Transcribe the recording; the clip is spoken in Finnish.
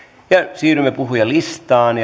siirrymme puhujalistaan